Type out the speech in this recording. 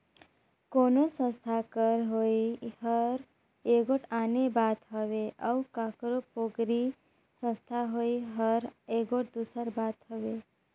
कोनो संस्था कर होवई हर एगोट आने बात हवे अउ काकरो पोगरी संस्था होवई हर एगोट दूसर बात हवे